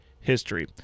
history